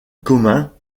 commun